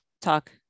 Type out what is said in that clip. talk